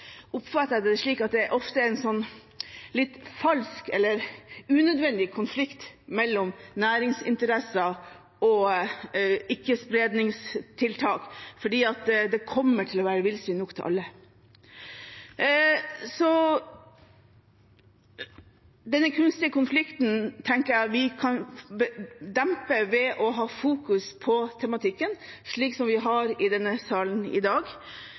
oppfatter jeg det slik at det ofte er en litt falsk, eller unødvendig, konflikt mellom næringsinteresser og ikke-spredningstiltak, for det kommer til å være villsvin nok til alle. Denne kunstige konflikten tenker jeg vi kan dempe ved å ha fokus på tematikken, slik vi har i denne salen i dag,